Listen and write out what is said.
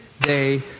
day